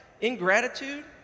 ingratitude